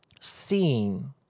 Seeing